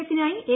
എഫിനായി A